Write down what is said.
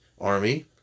army